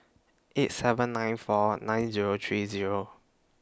eight seven nine four nine Zero three Zero